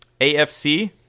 AFC